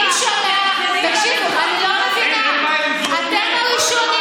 אני לא מבינה, אתם הראשונים